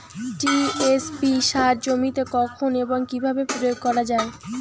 TSP সার জমিতে কখন এবং কিভাবে প্রয়োগ করা য়ায়?